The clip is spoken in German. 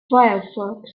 firefox